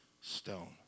stone